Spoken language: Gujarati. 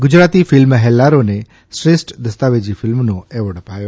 ગુજરાતી ફિલ્મ હેલ્લારોને શ્રેષ્ઠ દસ્તાવેજી ફિલ્મનો એવોર્ડ અપાયો